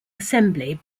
assembly